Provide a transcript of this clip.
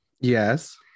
Yes